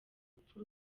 urupfu